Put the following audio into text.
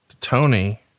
Tony